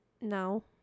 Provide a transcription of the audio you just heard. no